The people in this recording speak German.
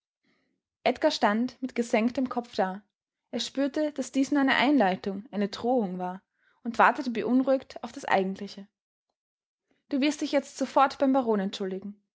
edgar stand mit gesenktem kopf da er spürte daß dies nur eine einleitung eine drohung war und wartete beunruhigt auf das eigentliche du wirst dich jetzt sofort beim baron entschuldigen